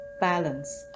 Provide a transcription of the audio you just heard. balance